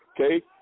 Okay